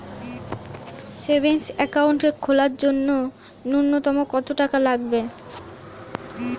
Savings account খোলার জন্য নূন্যতম কত টাকা লাগবে?